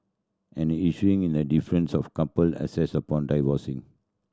at issue in the difference of couple assets upon divorcing